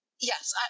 yes